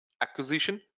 acquisition